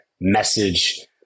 message